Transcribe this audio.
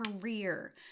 career